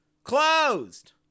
Closed